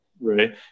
Right